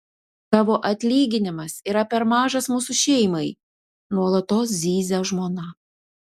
tavo atlyginimas yra per mažas mūsų šeimai nuolatos zyzia žmona